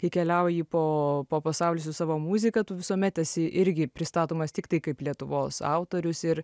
kai keliauji po po pasaulį su savo muzika tu visuomet esi irgi pristatomas tiktai kaip lietuvos autorius ir